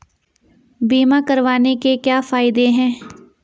बीमा करवाने के क्या फायदे हैं?